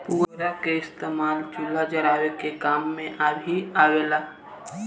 पुअरा के इस्तेमाल चूल्हा जरावे के काम मे भी आवेला